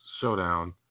showdown